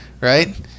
right